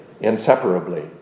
inseparably